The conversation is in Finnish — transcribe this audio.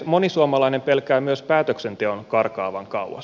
moni suomalainen pelkää myös päätöksenteon karkaavan kauas